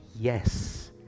yes